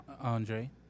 Andre